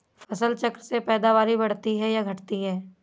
फसल चक्र से पैदावारी बढ़ती है या घटती है?